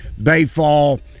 Bayfall